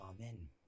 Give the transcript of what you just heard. Amen